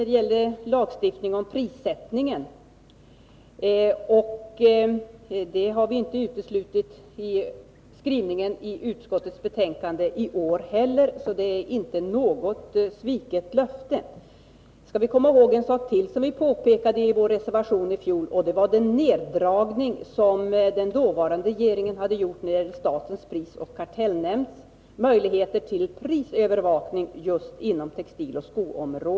Den gällde lagstiftning om prissättning, och det har vi inte uteslutit i utskottets skrivning i betänkandet i år heller. Det är alltså inte något sviket löfte. Sedan skall vi komma ihåg en sak till som vi påpekade i vår reservation i fjol, nämligen den neddragning som den dåvarande regeringen hade gjort i fråga om statens prisoch kartellnämnds möjligheter till prisövervakning just inom textiloch skoområdet.